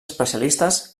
especialistes